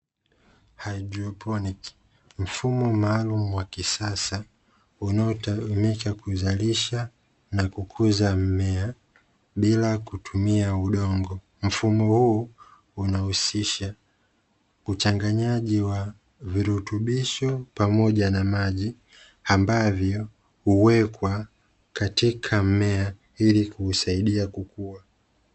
"HYDROPONIC". Mfumo maalumu wa kisasa unaotumika kuzalisha na kukuza mmea bila kutumia udongo. Mfumo huu unahusisha uchanganyaji wa virutubisho pamoja na maji, ambavyo huwekwa katika mmea ili kuusaidia kukua.